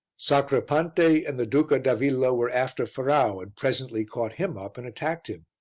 sacripante and the duca d'avilla were after ferrau and presently caught him up and attacked him.